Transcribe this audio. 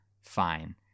fine